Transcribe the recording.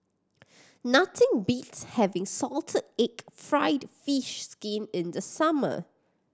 nothing beats having salted egg fried fish skin in the summer